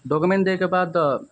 document दैके बाद